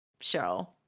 show